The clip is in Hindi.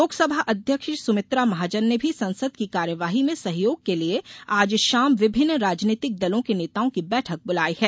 लोकसभा अध्यक्ष सुमित्रा महाजन ने भी संसद की कार्यवाही में सहयोग के लिए आज शाम विभिन्न राजनीतिक दलों के नेताओं की बैठक बुलाई है